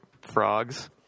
frogs